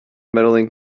medaling